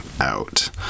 out